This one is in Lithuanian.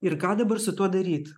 ir ką dabar su tuo daryt